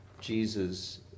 Jesus